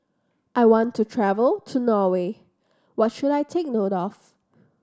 I want to travel to Norway what should I take note of